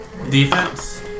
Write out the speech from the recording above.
Defense